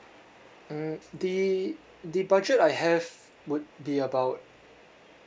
mm the the budget I have would be about